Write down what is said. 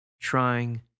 trying